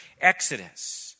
Exodus